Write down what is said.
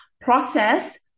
process